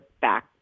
back